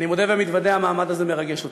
מודה ומתוודה, המעמד הזה מרגש אותי.